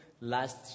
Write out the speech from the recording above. last